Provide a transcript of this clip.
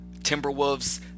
Timberwolves